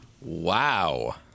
Wow